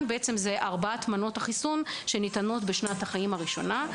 אלו ארבע מנות החיסון שניתנות בשנת החיים הראשונה.